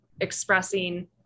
expressing